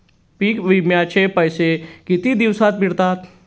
पीक विम्याचे पैसे किती दिवसात मिळतात?